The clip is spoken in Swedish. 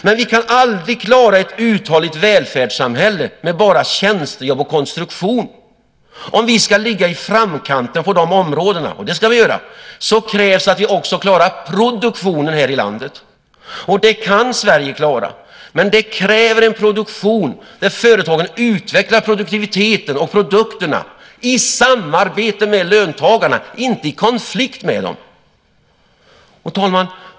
Men vi kan aldrig klara ett uthålligt välfärdssamhälle med bara tjänstejobb och konstruktion. Om vi ska ligga i framkanten på dessa områden, och det ska vi göra, krävs det att vi också klarar produktionen här i landet, och det kan Sverige klara. Men det kräver en produktion där företagen utvecklar produktiviteten och produkterna i samarbete med löntagarna, inte i konflikt med dem. Herr talman!